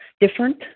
different